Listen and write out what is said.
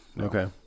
Okay